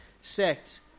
sect